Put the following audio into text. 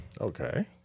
okay